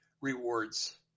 rewards